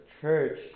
church